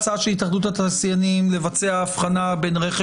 היתה הצעה של התאחדות התעשיינים לבצע הבחנה בין רכש